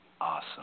Awesome